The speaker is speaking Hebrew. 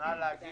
נא להגיד: